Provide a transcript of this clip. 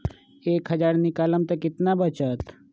एक हज़ार निकालम त कितना वचत?